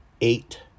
eight